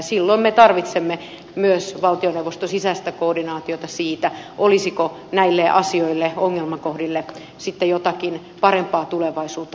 silloin me tarvitsemme myös valtioneuvoston sisäistä koordinaatiota siitä olisiko näille asioille ongelmakohdille sitten jotakin parempaa tulevaisuutta tehtävissä